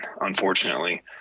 unfortunately